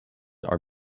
are